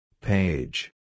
Page